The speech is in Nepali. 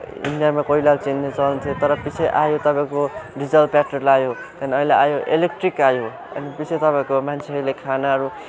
इन्डियामा कोइलाले ट्रेन चल्थ्यो तर पछि आयो तपाईँको डिजेल पेट्रोल आयो त्यहाँदेखि अहिले आयो इलेक्ट्रिक आयो अनि पछि तपाईँको मान्छेहरूले खानाहरू